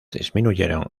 disminuyeron